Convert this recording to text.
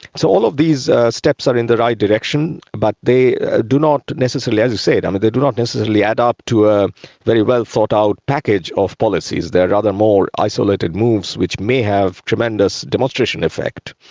so all of these steps are in the right direction, but they do not necessarily, as you said, i mean they do not necessarily add up to a very well thought out package of policies they are rather more isolated moves which may have tremendous demonstration effect.